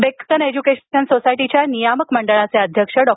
Deccan education सोसायटीच्या नियामक मंडळाचे अध्यक्ष डॉ